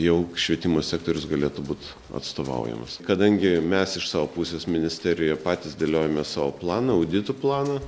jau švietimo sektorius galėtų būt atstovaujamas kadangi mes iš savo pusės ministerijoje patys dėliojame savo planą auditų planą